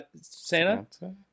Santa